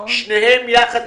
שניהם יחד,